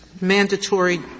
mandatory